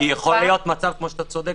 כי יכול להיות מצב כמו שאתה אומר בצדק,